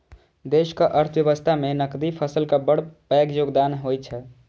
देशक अर्थव्यवस्था मे नकदी फसलक बड़ पैघ योगदान होइ छै